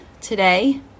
today